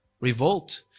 revolt